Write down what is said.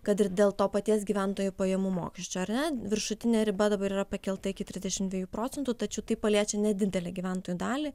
kad ir dėl to paties gyventojų pajamų mokesčio ar ne viršutinė riba dabar yra pakelta iki trisdešimt dviejų procentų tačiau tai paliečia nedidelę gyventojų dalį